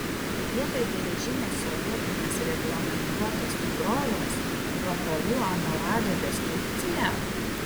vietoj geležinės sovietinės reglamentuotos tikrovės vakarų amoralią destrukciją